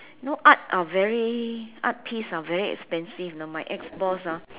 you know art are very art piece are very expensive you know my ex boss ah